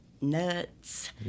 nuts